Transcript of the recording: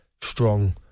strong